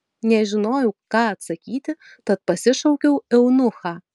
nežinojau ką atsakyti tad pasišaukiau eunuchą